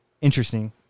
interesting